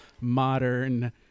modern